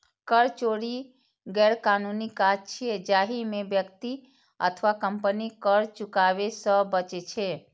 कर चोरी गैरकानूनी काज छियै, जाहि मे व्यक्ति अथवा कंपनी कर चुकाबै सं बचै छै